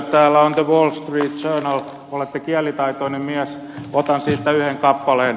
täällä on the wall street journal olette kielitaitoinen mies otan siitä yhden kappaleen